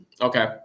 Okay